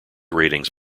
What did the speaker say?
ratings